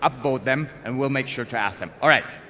upvote them and we'll make sure to ask them. alright.